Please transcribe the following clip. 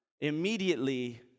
immediately